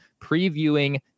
previewing